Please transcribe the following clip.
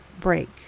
break